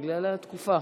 בגלל התקופה.